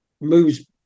moves